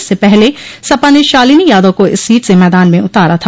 इससे पहले सपा ने शालिनी यादव को इस सीट से मैदान में उतारा था